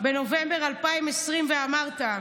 בנובמבר 2020 ואמרת: